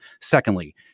Secondly